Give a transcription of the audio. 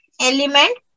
element